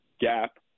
gap